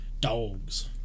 dogs